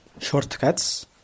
shortcuts